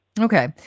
Okay